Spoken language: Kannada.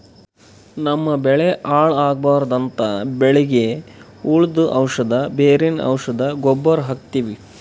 ನಮ್ಮ್ ಬೆಳಿ ಹಾಳ್ ಆಗ್ಬಾರ್ದು ಅಂತ್ ಬೆಳಿಗ್ ಹುಳ್ದು ಔಷಧ್, ಬೇರಿನ್ ಔಷಧ್, ಗೊಬ್ಬರ್ ಹಾಕ್ತಿವಿ